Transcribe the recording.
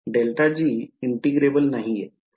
∇g integrable नाहीये